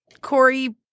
Corey